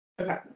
Okay